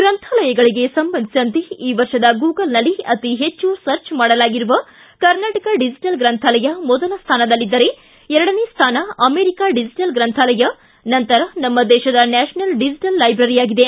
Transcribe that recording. ಗ್ರಂಥಾಲಯಗಳಿಗೆ ಸಂಬಂಧಿಸಿದಂತೆ ಈ ವರ್ಷದ ಗೂಗಲ್ನಲ್ಲಿ ಅತಿಹೆಚ್ಚು ಸರ್ಚ್ ಮಾಡಲಾಗಿರುವ ಕರ್ನಾಟಕ ಡಿಜೆಟಲ್ ಗ್ರಂಥಾಲಯ ಮೊದಲ ಸ್ಥಾನದಲ್ಲಿದ್ದರೇ ಎರಡನೇ ಸ್ಥಾನ ಅಮೆರಿಕಾ ಡಿಜೆಟಲ್ ಗ್ರಂಥಾಲಯ ನಂತರ ನಮ್ಮ ದೇತದ ನ್ಯಾಷನಲ್ ಡಿಜಿಟಲ್ ಲೈಬ್ರರಿಯಾಗಿದೆ